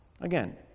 Again